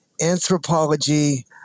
anthropology